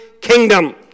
kingdom